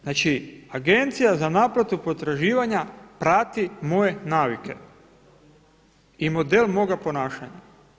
Znači, agencija za naplatu potraživanja prati moje navike i model moga ponašanja.